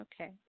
okay